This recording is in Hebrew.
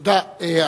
תודה.